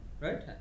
Right